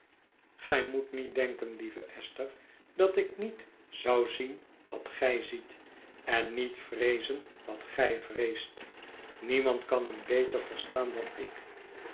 gij moet niet denken lieve esther dat ik niet zou zien wat gij ziet en niet vreezen wat gij vreest niemand kan hem beter verstaan dan ik